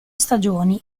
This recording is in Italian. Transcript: stagioni